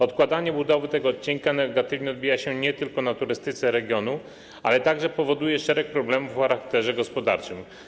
Odkładanie budowy tego odcinka negatywnie odbija się nie tylko na turystyce w regionie, ale także powoduje szereg problemów o charakterze gospodarczym.